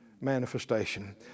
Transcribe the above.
manifestation